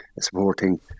supporting